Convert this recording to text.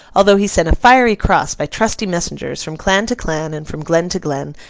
although he sent a fiery cross, by trusty messengers, from clan to clan and from glen to glen,